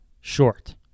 short